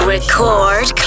Record